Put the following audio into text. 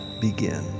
begin